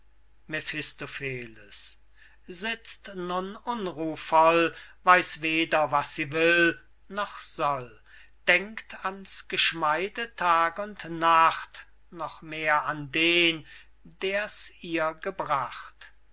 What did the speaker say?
mephistopheles sitzt nun unruhvoll weiß weder was sie will noch soll denkt an's geschmeide tag und nacht noch mehr an den der's ihr gebracht